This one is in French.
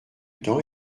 temps